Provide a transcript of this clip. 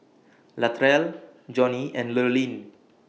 Latrell Johny and Lurline